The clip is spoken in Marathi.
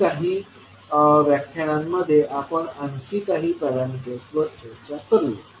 पुढील काही व्याख्यानांमध्ये आपण आणखी काही पॅरामीटर्स वर चर्चा करू